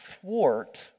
thwart